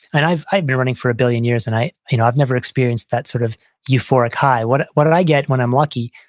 and i've i've been running for a billion years, and you know i've never experienced that sort of euphoric high what what did i get when i'm lucky?